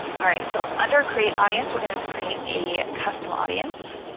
all right. so under create audience, we're going to create a custom audience.